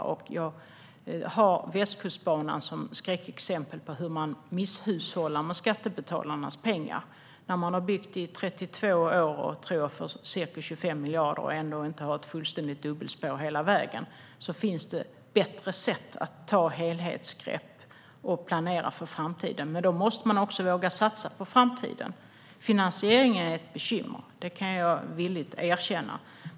Jag har Västkustbanan som ett skräckexempel på hur man misshushållar med skattebetalarnas pengar. Man har byggt i 32 år och, tror jag, för ca 25 miljarder, och har ändå inte ett fullständigt dubbelspår hela vägen. Det finns bättre sätt att ta ett helhetsgrepp och planera för framtiden, men då måste man också våga satsa på den. Finansieringen är ett bekymmer; det kan jag villigt erkänna.